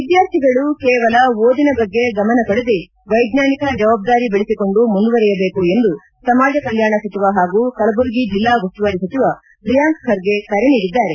ವಿದ್ಯಾರ್ಥಿಗಳು ಕೇವಲ ಓದಿನ ಬಗ್ಗೆ ಗಮನ ಕೊಡದೆ ವೈಜ್ಞಾನಿಕ ಜವಾಬ್ದಾರಿ ಬೆಳೆಸಿಕೊಂಡು ಮುಂದುವರೆಯಬೇಕು ಎಂದು ಸಮಾಜಕಲ್ಯಾಣ ಸಚಿವ ಹಾಗೂ ಕಲಬುರಗಿ ಜಿಲ್ಲಾ ಉಸ್ತುವಾರಿ ಸಚಿವ ಪ್ರಿಯಾಂಕ್ ಖರ್ಗೆ ಕರೆ ನೀಡಿದ್ದಾರೆ